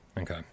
Okay